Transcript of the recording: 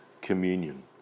communion